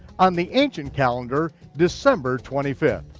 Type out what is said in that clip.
on the ancient calendar december twenty fifth.